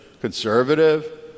conservative